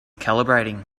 calibrating